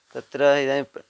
तत्र इदानीं